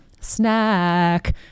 snack